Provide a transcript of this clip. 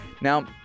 Now